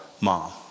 mom